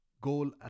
goal